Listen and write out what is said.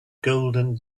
golden